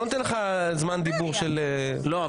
אני לא נותן לך זמן דיבור של לא,